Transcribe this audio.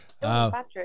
Patrick